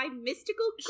mystical